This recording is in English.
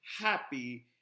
happy